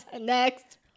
Next